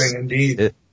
indeed